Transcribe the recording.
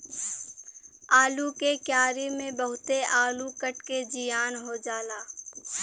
आलू के क्यारी में बहुते आलू कट के जियान हो जाला